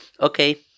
Okay